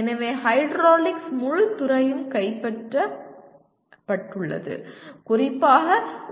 எனவே ஹைட்ராலிக்ஸ் முழு துறையும் கைப்பற்றப்பட்டுள்ளது குறிப்பாக